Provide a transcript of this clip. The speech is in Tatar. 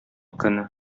көне